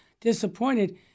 disappointed